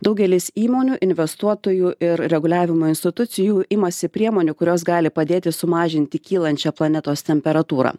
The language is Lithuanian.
daugelis įmonių investuotojų ir reguliavimo institucijų imasi priemonių kurios gali padėti sumažinti kylančią planetos temperatūrą